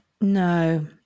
No